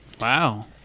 wow